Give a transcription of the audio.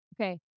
Okay